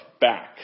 back